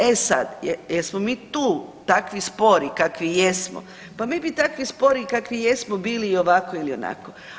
E sad, jesmo mi tu takvi spori kakvi jesmo pa mi bi takvi spori kakvi jesmo bili i ovako i onako.